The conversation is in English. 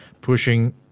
pushing